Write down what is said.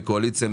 מהקואליציה,